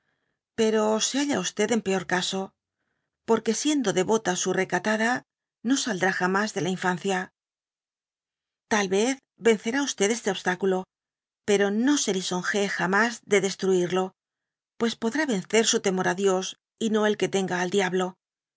pero se halla en peor caso porque siendo devota su recatada no saldrá jamas de la infancia tal vez vencerá v este obs táculoy pero no se lisonjee jamas de destruirlo pues podrá vencer s temor á dios y no el que tenga al diablo